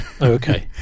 Okay